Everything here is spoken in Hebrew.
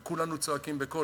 וכולנו צועקים בקול,